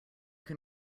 can